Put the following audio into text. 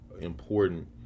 important